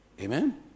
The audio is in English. Amen